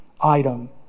item